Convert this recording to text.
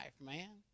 man